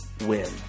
win